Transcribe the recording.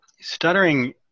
Stuttering